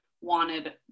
wanted